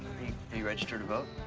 are you registered to vote?